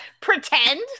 pretend